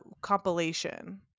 compilation